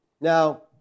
Now